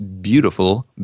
beautiful